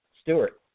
Stewart